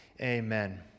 amen